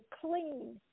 clean